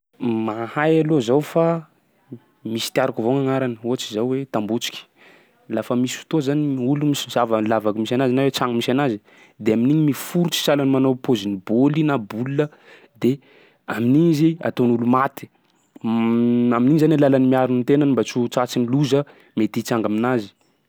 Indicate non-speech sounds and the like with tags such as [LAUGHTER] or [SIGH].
Mahay aloha zaho fa misy tiaroko avao gny agnarany, ohatsy izao hoe: tambotsiky. Lafa misy fotoa zany gny olo mis- misava lavaky misy anazy na hoe tragno misy anazy, de amin'igny miforitry sahalan'ny manao paozin'ny bôly na boule, de amin'iny izy ataon'olo maty [HESITATION] amin'iny zany alalany miaro ny tenany mba tsy ho tratsy ny loza mety hitsanga aminazy.